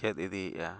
ᱪᱮᱫ ᱤᱫᱤᱭᱮᱜᱼᱟ